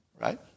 right